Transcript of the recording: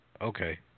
Okay